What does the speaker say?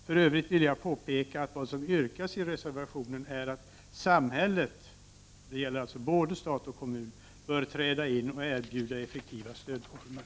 För övrigt vill jag påpeka att vad som yrkas i reservationen är att samhället — det gäller alltså både stat och kommun — bör träda in och erbjuda effektiva stödformer.